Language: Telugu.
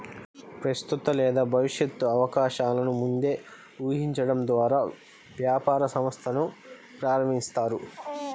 ప్రస్తుత లేదా భవిష్యత్తు అవకాశాలను ముందే ఊహించడం ద్వారా వ్యాపార సంస్థను ప్రారంభిస్తారు